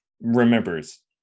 remembers